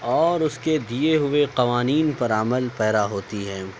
اور اس کے دیے ہوئے قوانین پر عمل پیرا ہوتی ہیں